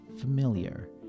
familiar